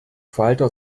falter